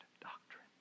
doctrine